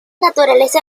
naturaleza